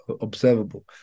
observable